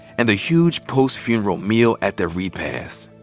and the huge post-funeral meal at the repast.